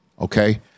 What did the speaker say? okay